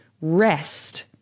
rest